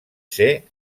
ser